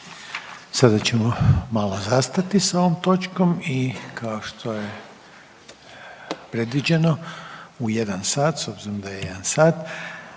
Sada ćemo malo zastati s ovom točkom i kao što je predviđeno u jedan sat, s obzirom da je jedan sat